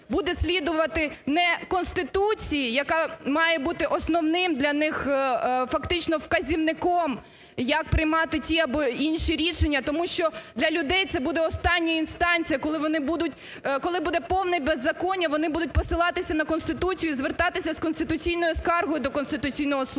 буде слідувати не Конституції, яка має бути основним для них фактично вказівником як приймати ті або інші рішення. Тому що для людей це буде остання інстанція, коли буде повне беззаконня, вони будуть посилатися на Конституцію і звертатися з конституційною скаргою до Конституційного Суду.